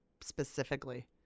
specifically